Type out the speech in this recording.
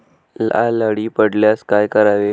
लाल अळी पडल्यास काय करावे?